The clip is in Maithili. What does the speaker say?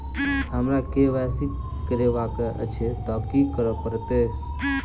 हमरा केँ वाई सी करेवाक अछि तऽ की करऽ पड़तै?